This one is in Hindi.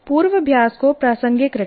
पूर्वाभ्यास को प्रासंगिक रखें